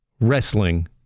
Wrestling